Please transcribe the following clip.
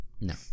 No